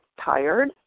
tired